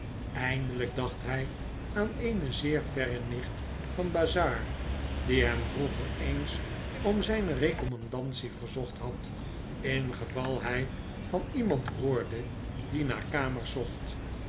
eindelijk dacht hy aan eene zeer verre nicht van bazzard die hem vroeger eens om zynerecommandatie verzocht had ingeval hy van iemand hoorde die naar kamers zocht